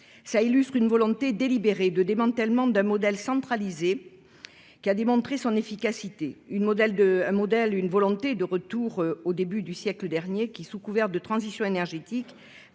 Cela illustre une volonté délibérée de démantèlement d'un modèle centralisé qui a démontré son efficacité et de retour au début du siècle dernier qui, sous couvert de transition énergétique,